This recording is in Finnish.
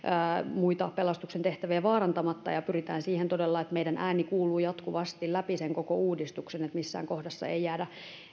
pelastuksen tehtäviä vaarantamatta ja pyritään siihen todella että meidän ääni kuuluu jatkuvasti läpi sen koko uudistuksen että missään kohdassa ei jäädä